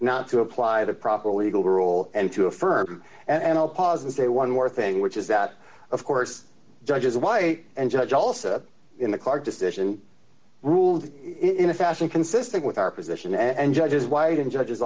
not to apply the proper legal d rule and to affirm and i'll pause and say one more thing which is that of course judges y and judge also in the car decision ruled in a fashion consistent with our position and judges white and judges